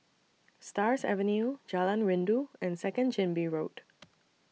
Stars Avenue Jalan Rindu and Second Chin Bee Road